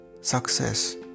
success